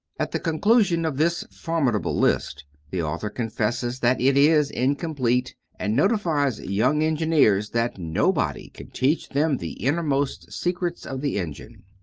at the conclusion of this formidable list the author confesses that it is incomplete, and notifies young engineers that nobody can teach them the innermost secrets of the engine.